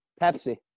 Pepsi